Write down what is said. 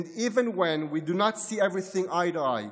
and even when we do not see everything eye to eye,